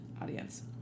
audience